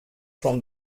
from